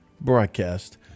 broadcast